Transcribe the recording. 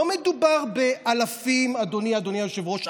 לא מדובר באלפים, אדוני היושב-ראש.